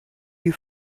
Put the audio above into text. you